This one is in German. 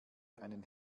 einen